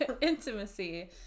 intimacy